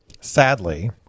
Sadly